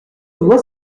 doigt